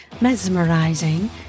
mesmerizing